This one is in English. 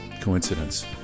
coincidence